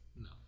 no